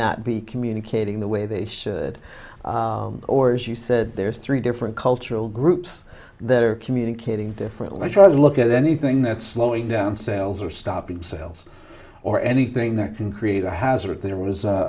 not be communicating the way they should or as you said there's three different cultural groups that are communicating differently i try to look at anything that's slowing down sales or stopping sales or anything that can create a hazard there was a